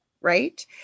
right